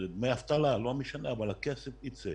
דמי אבטלה, לא משנה, אבל הכסף יצא.